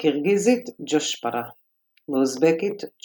tushpara בקירגיזית ג'ושפרה - чүчпара,